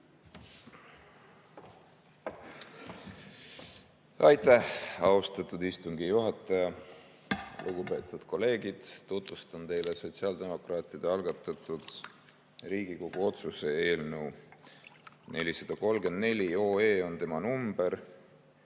Aitäh, austatud istungi juhataja! Lugupeetud kolleegid! Tutvustan teile sotsiaaldemokraatide algatatud Riigikogu otsuse eelnõu. 434 on tema number